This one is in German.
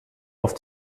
auf